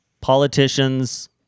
politicians